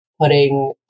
putting